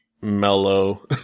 mellow